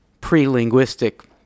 pre-linguistic